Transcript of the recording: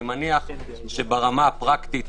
אני מניח שברמה הפרקטית,